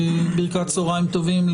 ברכת צוהריים טובים,